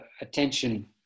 attention